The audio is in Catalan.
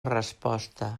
resposta